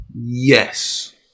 yes